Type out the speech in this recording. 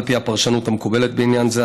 על פי הפרשנות המקובלת בעניין זה,